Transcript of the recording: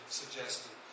suggested